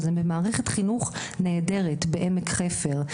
אז הם במערכת חינוך נהדרת בעמק חפר,